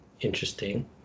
interesting